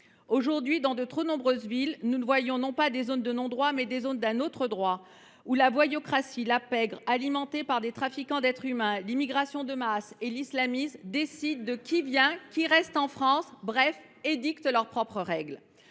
représentant. Dans de trop nombreuses villes de notre pays se sont formées non pas des zones de non droit, mais des zones « d’un autre droit », où la voyoucratie et la pègre, alimentées par les trafiquants d’êtres humains, l’immigration de masse et l’islamisme, décident de qui vient et qui reste en France, bref, édictent leurs propres règles.